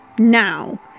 now